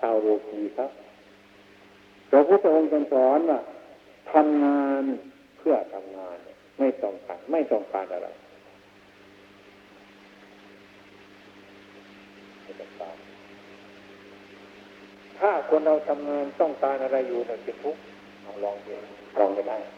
ชาวโลกมีครับ พระพุทธองค์ท่านสอนว่าทำงานเพื่อทำงาน ไม่ต้องการ ไม่ต้องการอะไร ไม่ต้องการ ถ้าคนเราทำงานต้องการอะไรอยู่น่ะเป็นทุกข์ เอาลองดิ ลองไม่ได้